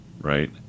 right